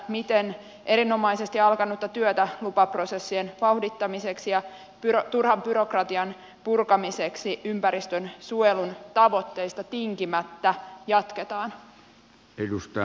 miten erinomaisesti alkanutta työtä lupaprosessien vauhdittamiseksi ja turhan byrokratian purkamiseksi ympäristönsuojelun tavoitteista tinkimättä jatketaan